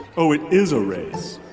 oh, it is a race.